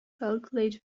calculate